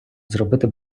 зробити